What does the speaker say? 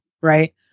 right